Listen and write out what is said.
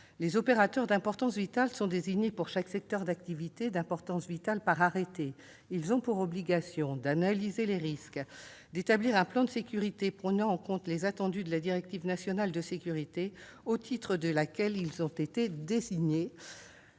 des opérateurs d'importance vitale. Ceux-ci sont désignés, pour chaque secteur d'activité d'importance vitale, par arrêté. Ils ont pour obligation d'analyser les risques, d'établir un plan de sécurité prenant en compte les attendus de la directive nationale de sécurité au titre de laquelle ils ont été désignés